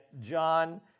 John